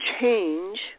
change